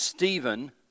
Stephen